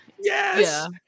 Yes